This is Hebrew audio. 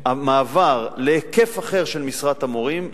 המעבר להיקף אחר של משרת המורים,